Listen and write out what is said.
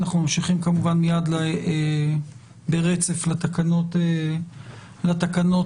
אנחנו ממשיכים ברצף לתקנות הבאות.